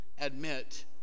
admit